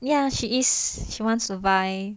ya she is she wants to buy